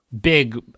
big